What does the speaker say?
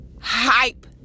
hype